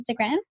Instagram